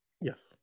Yes